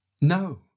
No